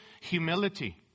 humility